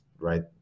right